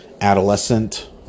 adolescent